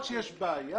יש בעיה